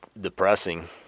depressing